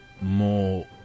more